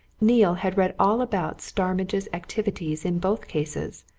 neale had read all about starmidge's activities in both cases,